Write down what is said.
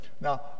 Now